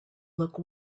look